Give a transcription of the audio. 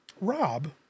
Rob